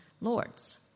lords